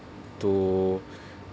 to